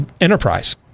enterprise